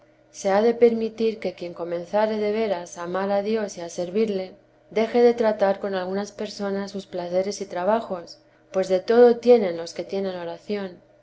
se ha de permitir que quien comenzare de veras a amar a dios y a servirle deje de tratar con algunas personas sus placeres y trabajos que de todo tienen los que tienen oración